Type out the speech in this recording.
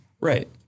Right